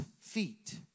feet